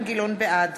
בעד